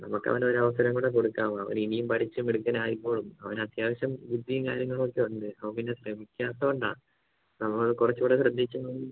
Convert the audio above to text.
നമുക്ക് അവന് ഒരു അവസരംകൂടെ കൊടുക്കാം അവൻ ഇനിയും പഠിച്ച് മിടുക്കനായിക്കോളും അവൻ അത്യാവശ്യം ബുദ്ധിയും കാര്യങ്ങളൊക്കെ ഉണ്ട് അവൻ പിന്നെ ശ്രമിക്കാത്തതുകൊണ്ടാ നമ്മൾ കുറച്ചുകൂടെ ശ്രദ്ധിച്ച്